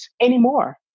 anymore